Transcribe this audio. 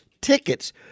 tickets